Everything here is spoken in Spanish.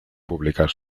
publicar